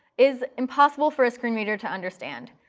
is impossible for a screen reader to understand.